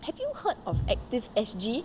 have you heard of active S_G